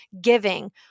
giving